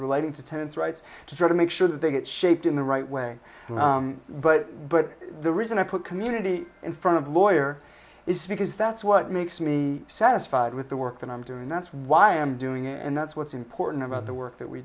relating to tenants rights to try to make sure that they get shaped in the right way but but the reason i put community in front of lawyer is because that's what makes me satisfied with the work that i'm doing that's why i'm doing and that's what's important about the work that we